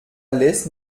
lässt